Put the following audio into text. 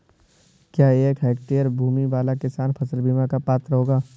क्या एक हेक्टेयर भूमि वाला किसान फसल बीमा का पात्र होगा?